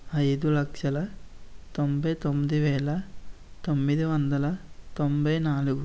ఐదు లక్షల తొంభై తొమ్మిది వేల తొమ్మిది వందల తొంభై నాలుగు